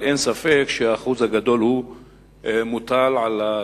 אבל אין ספק שהאחוז הגדול נובע מהתשתיות